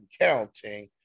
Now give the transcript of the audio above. counting